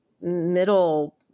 middle